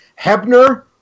Hebner